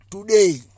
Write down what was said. Today